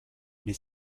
mais